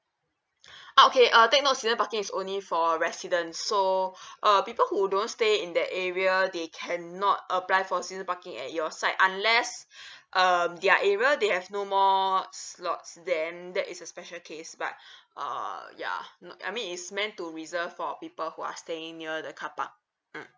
uh okay take note season parking is only for residents so uh people who don't stay in that area they can not apply for season parking at your side unless um their area they have no more slots then that is a special case but uh ya not I mean it's meant to reserve for people who are staying near the car park mm